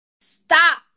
stop